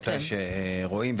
מתי שרואים,